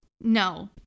no